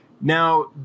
Now